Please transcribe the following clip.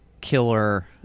killer